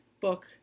book